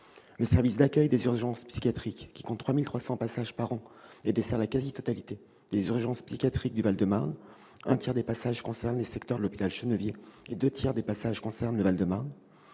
un service d'accueil des urgences psychiatriques, qui recense 3 300 passages par an et dessert la quasi-totalité des urgences psychiatriques du Val-de-Marne. Un tiers des passages concerne les secteurs de l'hôpital Chenevier, deux tiers d'entre eux concernent le Val-de-Marne.